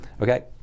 Okay